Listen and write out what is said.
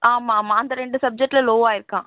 ஆமாம் ஆமாம் அந்த ரெண்டு சப்ஜெக்ட்டில் லோவாகிருக்கான்